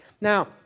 Now